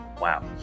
Wow